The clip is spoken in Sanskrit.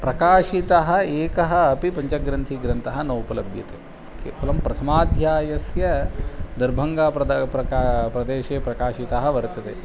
प्रकाशितः एकः अपि पञ्चग्रन्थीग्रन्थः न उपलभ्यते केवलं प्रथमाध्यायस्य दर्भङ्गाप्रदा प्रका प्रदेशे प्रकाशिताः वर्तते